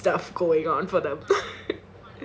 stuff going on for them